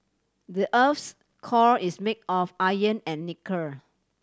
the earth's core is made of iron and nickel